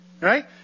right